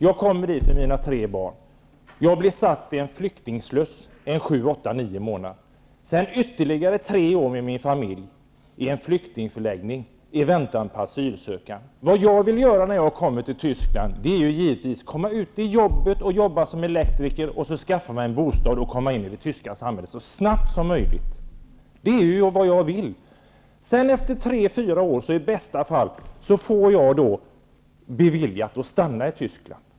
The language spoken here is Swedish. Jag kommer till Tyskland med mina tre barn. Jag blir med min familj satt i en flyktingsluss sju, åtta, nio månader och sedan ytterligare tre år i en flyktingförläggning i väntan på besked om min asylansökan. Det jag vill när jag kommer till Tyskland är givetivs att få komma ut och jobba som elektriker, skaffa mig en bostad och komma in i det tyska samhället så snabbt som möjligt. Det är vad jag vill. Efter tre fyra år får jag i bästa fall min ansökan beviljad och får stanna i Tyskland.